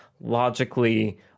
logically